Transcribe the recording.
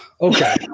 Okay